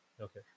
Okay